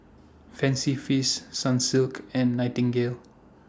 Fancy Feast Sunsilk and Nightingale